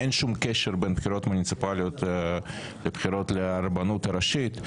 אין שום קשר בין בחירות מוניציפליות לבחירות לרבנות הראשית.